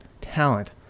talent